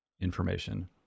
information